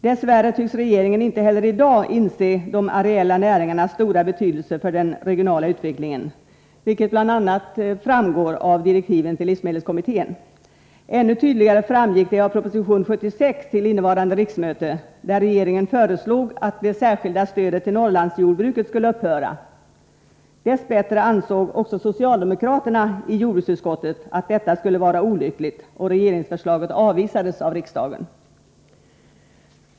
Dess värre tycks regeringen inte heller i dag inse de areella näringarnas stora betydelse för den regionala utvecklingen, vilket bl.a. framgår av direktiven till livsmedelskommittén. Ännu tydligare framgick det av proposition 76 till innevarande riksmöte, där regeringen föreslog att det särskilda stödet till Norrlandsjordbruket skulle upphöra. Dess bättre ansåg också socialdemokraterna i jordbruksutskottet att detta skulle vara olyckligt, och regeringsförslaget avvisades av riksdagen.